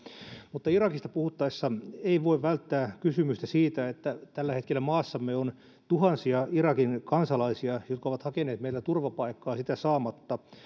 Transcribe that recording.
mutta irakista puhuttaessa ei voi välttää kysymystä siitä että tällä hetkellä maassamme on tuhansia irakin kansalaisia jotka ovat hakeneet meiltä turvapaikkaa sitä saamatta